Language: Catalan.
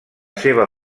seva